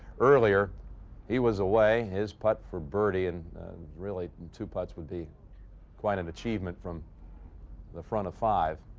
earlier he was away. his putt for birdie and really two putts would be quite an achievement from the front of five.